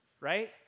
right